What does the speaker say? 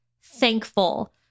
thankful